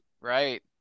right